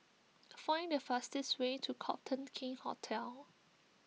find the fastest way to Copthorne King's Hotel